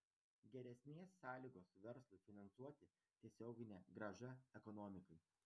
geresnės sąlygos verslui finansuoti tiesioginė grąža ekonomikai